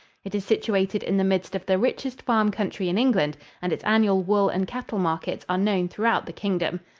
it is situated in the midst of the richest farm country in england and its annual wool and cattle markets are known throughout the kingdom.